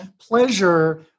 pleasure